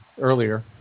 earlier